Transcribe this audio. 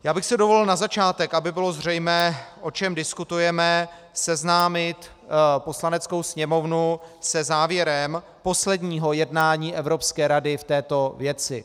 Já bych si dovolil na začátek, aby bylo zřejmé, o čem diskutujeme, seznámit Poslaneckou sněmovnu se závěrem posledního jednání Evropské rady v této věci.